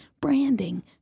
branding